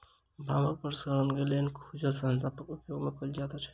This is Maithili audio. भांगक प्रसंस्करणक लेल खुजल स्थानक उपयोग नै कयल जाइत छै